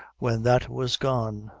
when that was gone,